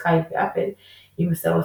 סקייפ ואפל יימסר לסוכנות,